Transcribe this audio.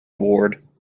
ward